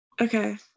Okay